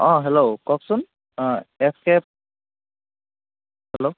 অঁ হেল্ল' কওকচোন um escape hello